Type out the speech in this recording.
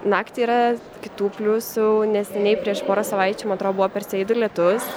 naktį yra kitų pliusų neseniai prieš porą savaičių man atrodo buvo perseidų lietus